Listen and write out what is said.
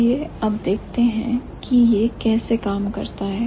आइए अब देखते हैं कीजिए कैसे काम करता है